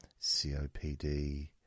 COPD